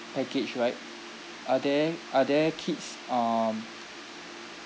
package right are there are there kids um